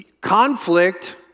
Conflict